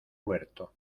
huerto